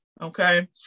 Okay